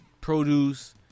produce